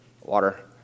water